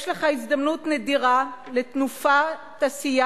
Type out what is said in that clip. יש לך הזדמנות נדירה לתנופת עשייה